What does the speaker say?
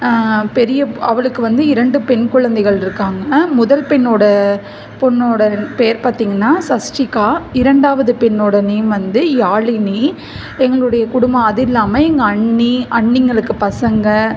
பெரிய அவளுக்கு வந்து இரண்டு பெண் குழந்தைகள் இருக்காங்கள் முதல் பெண்ணோட பொண்ணோட பேர் பார்த்திங்கன்னா சஷ்டிக்கா இரண்டாவது பெண்ணோட நேம் வந்து யாழினி எங்களுடைய குடும்பம் அது இல்லாமல் எங்கள் அண்ணி அண்ணிங்களுக்கு பசங்கள்